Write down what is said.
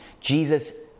Jesus